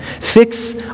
Fix